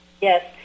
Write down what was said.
Yes